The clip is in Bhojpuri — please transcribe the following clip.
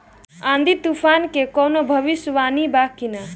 आँधी तूफान के कवनों भविष्य वानी बा की?